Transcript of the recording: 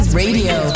radio